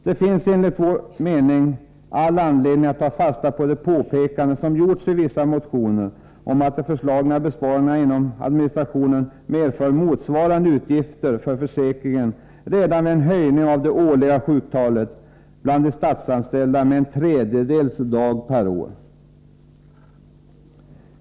Det finns enligt vår mening all anledning att ta fasta på de påpekanden som gjorts i vissa motioner om att de föreslagna besparingarna inom administrationen medför motsvarande utgifter för försäkringen redan vid en ökning av det årliga sjuktalet bland de statsanställda med en tredjedels dag per år.